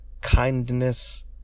kindness